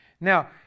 Now